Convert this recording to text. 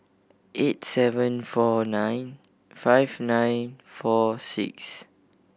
eight seven four nine five nine four six